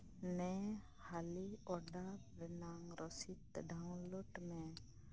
ᱦᱟᱹᱞᱤᱜᱮ ᱚᱰᱟᱨ ᱨᱮᱱᱟ ᱨᱚᱥᱤᱫ ᱰᱟᱣᱩᱱᱞᱚᱰ ᱢᱮ